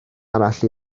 arall